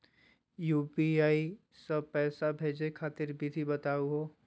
UPI स पैसा भेजै खातिर विधि बताहु हो?